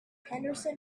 henderson